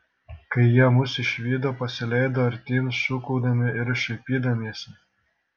kai jie mus išvydo pasileido artyn šūkaudami ir šaipydamiesi